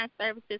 services